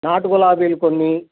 నాటు గులాబీలు కొన్ని